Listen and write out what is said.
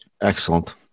Excellent